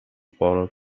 bottle